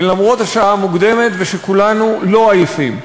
למרות השעה המוקדמת ושכולנו לא עייפים,